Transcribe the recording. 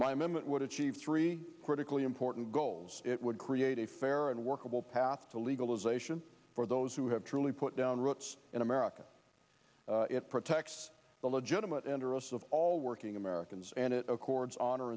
would achieve three critically important goals it would create a fair and workable path to legalization for those who have truly put down roots in america it protects the legitimate interests of all working americans and it accords honor